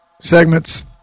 segments